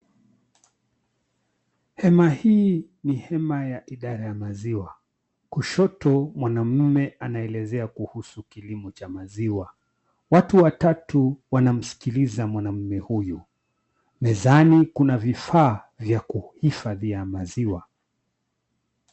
Hema hii ni hema ya idara ya maziwa, kushoto mwanaume anaelezea kuhusu kilimo cha maziwa, watu watatu wanamsikiliza mwanaume huyo, mezani kuna vifaa vya kuhifadhia maziwa.